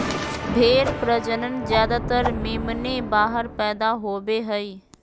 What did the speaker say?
भेड़ प्रजनन ज्यादातर मेमने बाहर पैदा होवे हइ